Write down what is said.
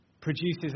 produces